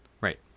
right